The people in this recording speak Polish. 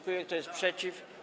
Kto jest przeciw?